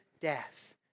death